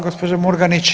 gospođo Murganić.